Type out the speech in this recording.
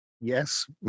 Yes